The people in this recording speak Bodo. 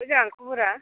मोजां खबरा